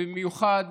במיוחד